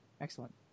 excellent